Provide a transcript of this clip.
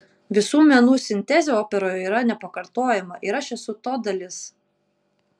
visų menų sintezė operoje yra nepakartojama ir aš esu to dalis